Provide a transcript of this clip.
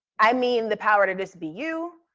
i mean the power to just be you,